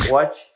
Watch